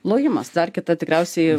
lojimas dar kita tikriausiai